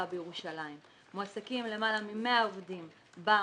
בירושלים מועסקים למעלה מ-100 עובדים במוסכים,